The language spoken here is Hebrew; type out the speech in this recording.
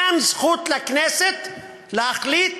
אין זכות לכנסת להחליט